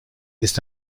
ist